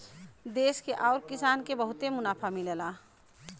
देस के आउर किसान के बहुते मुनाफा मिलला